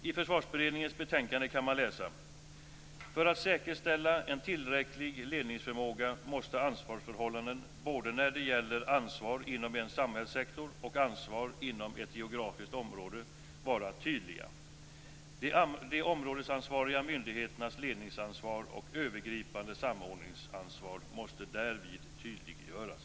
I Försvarsberedningens betänkande kan man läsa: För att säkerställa en tillräcklig ledningsförmåga måste ansvarsförhållanden, både när det gäller ansvar inom en samhällssektor och ansvar inom ett geografiskt område, vara tydliga. De områdesansvariga myndigheternas ledningsansvar och övergripande samordningsansvar måste därvid tydliggöras.